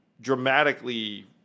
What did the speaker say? dramatically